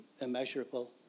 immeasurable